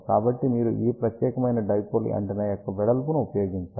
కాబట్టి మీరు ఈ ప్రత్యేకమైన డైపోల్ యాంటెన్నా యొక్క వెడల్పును ఉపయోగించాలి